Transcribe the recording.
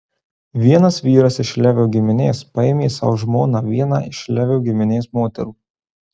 vienas vyras iš levio giminės paėmė sau žmona vieną iš levio giminės moterų